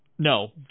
No